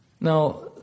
Now